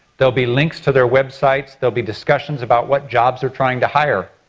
there'll be links to their websites, there'll be discussions about what jobs they're trying to hire.